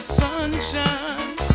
sunshine